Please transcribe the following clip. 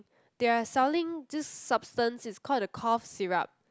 they are selling this substance it's called the cough syrup